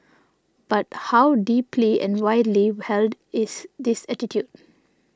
but how deeply and widely held is this attitude